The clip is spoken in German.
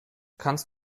kannst